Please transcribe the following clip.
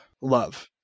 love